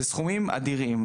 זה סכומים אדירים.